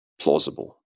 plausible